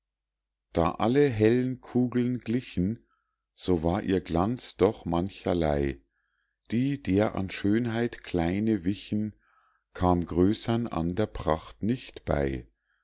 da alle hellen kugeln glichen so war ihr glanz doch mancherlei die der an schönheit kleine wichen kam größern an der pracht nicht bei